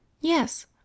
Yes